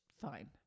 fine